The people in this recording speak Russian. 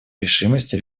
решимости